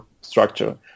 structure